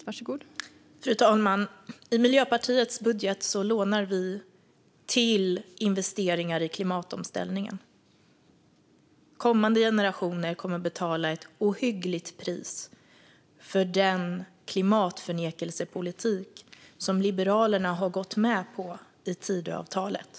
Fru talman! I Miljöpartiets budget lånar vi till investeringar i klimatomställningen. Kommande generationer kommer att betala ett ohyggligt pris för den klimatförnekelsepolitik som Liberalerna har gått med på i Tidöavtalet.